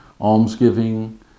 almsgiving